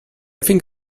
think